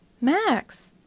Max